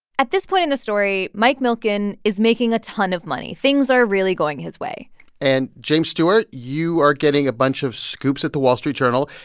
this point in the story, mike milken is making a ton of money. things are really going his way and, james stewart, you are getting a bunch of scoops at the wall street journal,